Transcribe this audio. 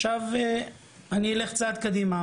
עכשיו אני אלך צעד קדימה.